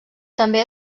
també